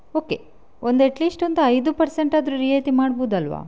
okay ಒಂದು at least ಒಂದು ಐದು ಪರ್ಸೆಂಟ್ ಆದ್ರೂ ರಿಯಾಯಿತಿ ಮಾಡ್ಬೋದಲ್ವಾ